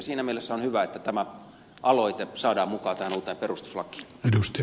siinä mielessä on hyvä että tämä aloite saadaan mukaan tähän uuteen perustuslakiin